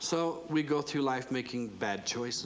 so we go through life making bad choice